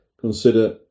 consider